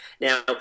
Now